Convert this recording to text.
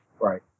right